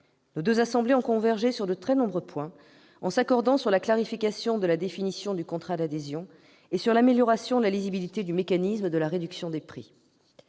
Nos deux assemblées ont convergé sur de très nombreux points, en s'accordant sur la clarification de la définition du contrat d'adhésion et sur l'amélioration de la lisibilité du mécanisme de la réduction du prix.